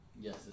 Yes